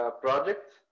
projects